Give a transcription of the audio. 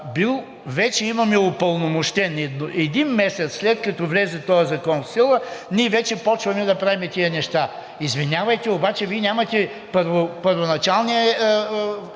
вече имаме оправомощен. Един месец след като влезе този закон в сила, ние вече започваме да правим тези неща. Извинявайте, обаче Вие нямате първоначалния